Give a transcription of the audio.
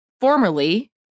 formerly